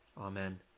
Amen